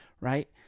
right